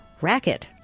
Racket